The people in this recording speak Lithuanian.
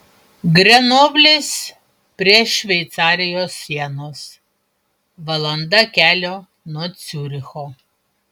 grenoblis prie šveicarijos sienos valanda kelio nuo ciuricho